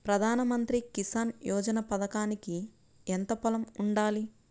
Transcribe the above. ప్రధాన మంత్రి కిసాన్ యోజన పథకానికి ఎంత పొలం ఉండాలి?